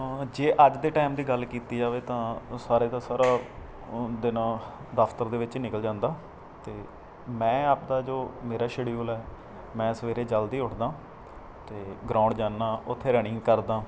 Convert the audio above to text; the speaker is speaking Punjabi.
ਹਾਂ ਜੇ ਅੱਜ ਦੇ ਟੈਮ ਦੀ ਗੱਲ ਕੀਤੀ ਜਾਵੇ ਤਾਂ ਸਾਰੇ ਦਾ ਸਾਰਾ ਦਿਨ ਦਫ਼ਤਰ ਦੇ ਵਿੱਚ ਨਿਕਲ ਜਾਂਦਾ ਅਤੇ ਮੈਂ ਆਪਦਾ ਜੋ ਮੇਰਾ ਸ਼ਡਿਊਲ ਹੈ ਮੈਂ ਸਵੇਰੇ ਜਲਦੀ ਉੱਠਦਾ ਅਤੇ ਗਰਾਉਂਡ ਜਾਂਦਾ ਓਥੇ ਰਨਿੰਗ ਕਰਦਾ